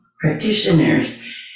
practitioners